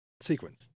sequence